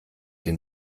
den